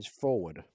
forward